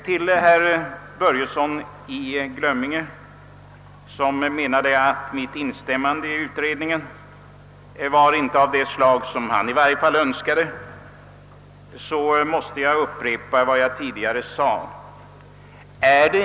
Till herr Börjesson i Glömminge, som menade att mitt tal om en utredning i varje fall inte var sådant som han skulle ha önskat, måste jag upprepa vad jag tidigare sade.